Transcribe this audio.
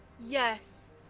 yes